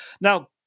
Now